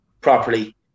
properly